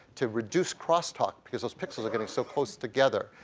to reduce cross-talk because those pixels are getting so close together,